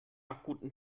guten